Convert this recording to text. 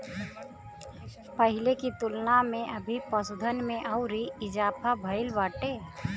पहिले की तुलना में अभी पशुधन में अउरी इजाफा भईल बाटे